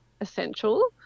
essential